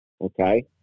Okay